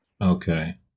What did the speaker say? Okay